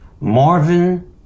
Marvin